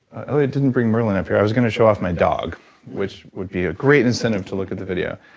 i didn't bring merlyn up here, i was going to show off my dog which would be a great incentive to look at the video,